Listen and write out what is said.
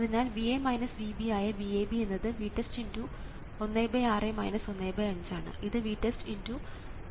അതിനാൽ VA VB ആയ VAB എന്നത് VTEST × 16 - 15 ആണ് ഇത് VTEST× 130 ആയി മാറുന്നു